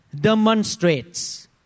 demonstrates